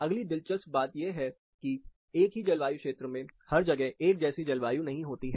अगली दिलचस्प बात यह है कि एक ही जलवायु क्षेत्र में हर जगह एक जैसी जलवायु नहीं होती है